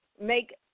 make